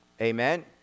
Amen